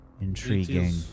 Intriguing